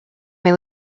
may